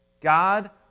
God